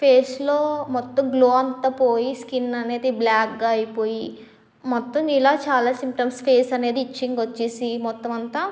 ఫేస్లో మొత్తం గ్లో అంతా పోయి స్కిన్ అనేది బ్లాక్గా అయిపోయి మొత్తం నీలా చాలా సింటమ్స్ ఫేస్ అనేది అంతా ఇచ్చింగ్ వచ్చేసి మొత్తం అంతా